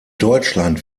deutschland